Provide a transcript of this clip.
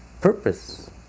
purpose